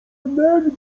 energii